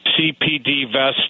cpdvest